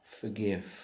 forgive